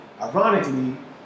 Ironically